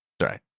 Sorry